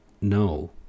no